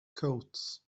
coats